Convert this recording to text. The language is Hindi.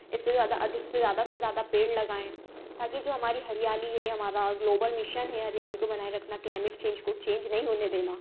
इससे ज़्यादा अधिक से ज़्यादा से ज़्यादा पेड़ लगाए ताकि जो हमारी हरियाली है हमारा ग्लोबल मिशन है हरियाली को बनाए रखना क्लाइमेट चेंज को चेंज नहीं होने देना